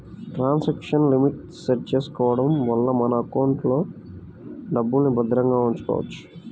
transaction limit set చేసుకోడం వల్ల మన ఎకౌంట్లో డబ్బుల్ని భద్రంగా ఉంచుకోవచ్చు